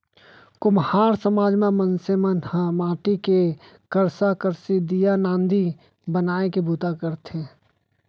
कुम्हार समाज म मनसे मन ह माटी के करसा, करसी, दीया, नांदी बनाए के बूता करथे